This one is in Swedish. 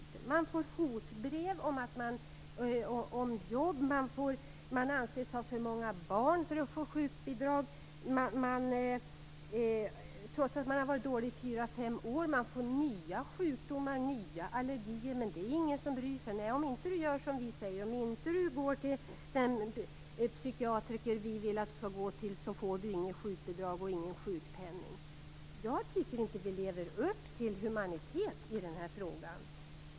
Man får hotbrev om jobb. Man anses ha för många barn för att få sjukbidrag, trots att man har varit dålig i fyra fem år. Man får nya sjukdomar, nya allergier, men det är ingen som bryr sig. Man säger: Om du inte gör som vi säger och går till den psykiater som vi vill att du skall gå till, får du inget sjukbidrag och ingen sjukpenning. Jag tycker inte att vi lever upp till humanitet i den här frågan.